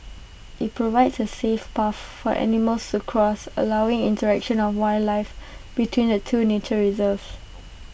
IT provides A safe path for animals to cross allowing interaction of wildlife between the two nature reserves